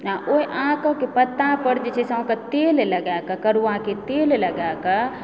आ ओहिके आककऽ पत्ता पर जे छै से अहाँकेँ तेल लगाएकऽ करुआ कऽ तेल लगाएके